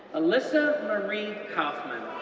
alyssa marie kauffman,